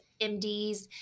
MDs